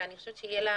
ותהיה לה